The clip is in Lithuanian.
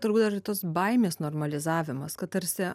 turbūt dar ir tos baimės normalizavimas kad tarsi